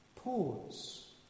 pause